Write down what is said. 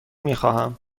میخواهم